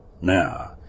Now